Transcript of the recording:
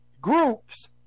groups